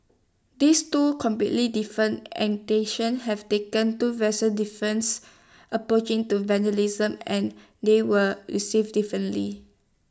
these two completely different have taken two vastly different approaches to vigilantism and they were received differently